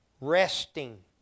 Resting